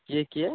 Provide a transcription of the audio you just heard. କିଏ କିଏ